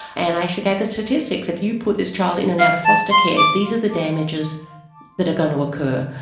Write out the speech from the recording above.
and i actually gave the statistics, if you put this child in and out of foster care, these are the damages that are going to occur.